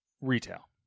Retail